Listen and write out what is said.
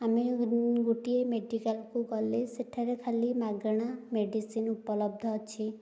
ଆମେ ଗୋଟିଏ ମେଡିକାଲ୍କୁ ଗଲେ ସେଠାରେ ଖାଲି ମାଗଣା ମେଡ଼ିସିନ ଉପଲବ୍ଧ ଅଛି